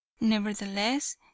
nevertheless